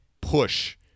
push